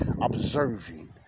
observing